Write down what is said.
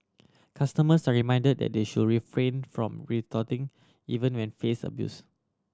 customers are reminded that they should refrain from retorting even when faced abuse